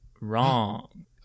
Wrong